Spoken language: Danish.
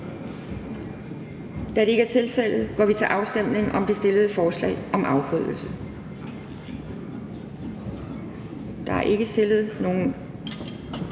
Da det ikke er tilfældet, går vi til afstemning om det stillede forslag om afbrydelse. Hvis ikke afstemning